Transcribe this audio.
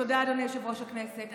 תודה, אדוני יושב-ראש הכנסת.